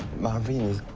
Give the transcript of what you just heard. marvin is